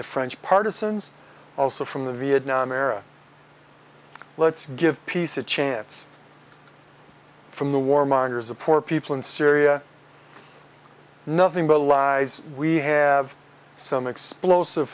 the french partisans also from the vietnam era let's give peace a chance from the warmongers the poor people in syria nothing but lies we have some explosive